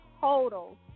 total